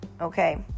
Okay